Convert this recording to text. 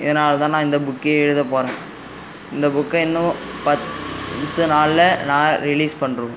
இதனால் தான் நான் இந்த புக்கே எழுத போறேன் இந்த புக்கை இன்னும் பத்து நாளில் நான் ரிலீஸ் பண்ணுருவேன்